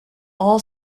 all